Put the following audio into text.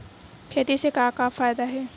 खेती से का का फ़ायदा हे?